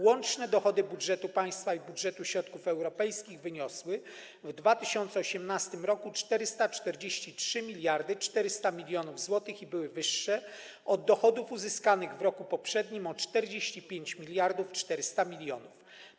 Łączne dochody budżetu państwa i budżetu środków europejskich wyniosły w 2018 r. 443 400 mln zł i były wyże od dochodów uzyskanych w roku poprzednim o 45 400 mln.